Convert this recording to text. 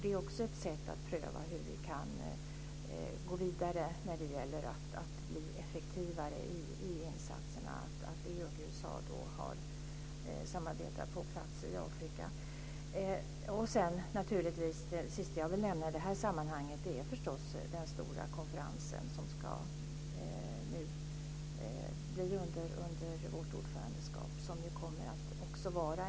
Det är också ett sätt att pröva att gå vidare för att bli effektivare i insatserna. EU och USA samarbetar på plats i Afrika. I det här sammanhanget vill jag till sist nämna den stora konferens som nu ska äga rum under vårt ordförandeskap.